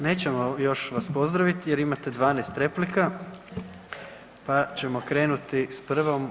Nećemo još vas pozdraviti jer imate 12 replika pa ćemo krenuti s prvom.